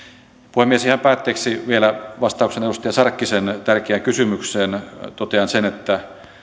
puhemies ihan päätteeksi vielä vastauksena edustaja sarkkisen tärkeään kysymykseen totean sen että